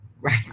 Right